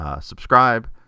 subscribe